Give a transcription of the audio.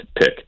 pick